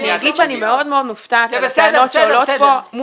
אני אגיד שאני מאוד מאוד מופתעת מהטענות שעולות פה.